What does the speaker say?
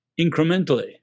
incrementally